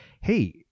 hey